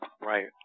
Right